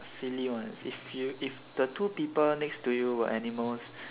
silly one if you if the two people next to you were animals